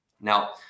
Now